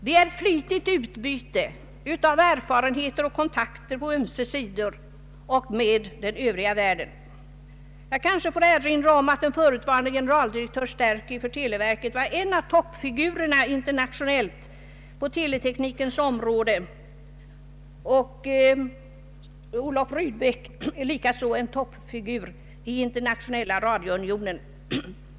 De har flitigt utbyte av erfarenheter och kontakter på ömse sidor och med den övriga världen. Jag kanske får erinra om att förutvarande generaldirektör Sterky på televerket var en av de internationella toppfigurerna på teleteknikens område, och Olof Rydbeck är en toppfigur inom Internationella radiounionen.